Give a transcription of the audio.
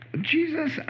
Jesus